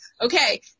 okay